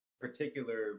particular